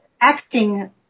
Acting